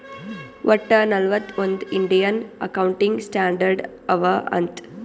ವಟ್ಟ ನಲ್ವತ್ ಒಂದ್ ಇಂಡಿಯನ್ ಅಕೌಂಟಿಂಗ್ ಸ್ಟ್ಯಾಂಡರ್ಡ್ ಅವಾ ಅಂತ್